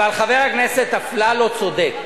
אבל חבר הכנסת אפללו צודק.